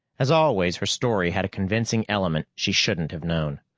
as always her story had a convincing element she shouldn't have known.